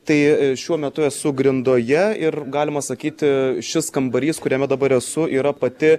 tai šiuo metu esu grindoje ir galima sakyti šis kambarys kuriame dabar esu yra pati